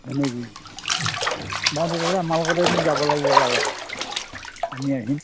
হয় নেকি বাৰু তেতিয়াহ'লে আমাৰ লগতে এদিন যাব লাগিব ওলাবা আমি আহিম